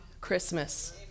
Christmas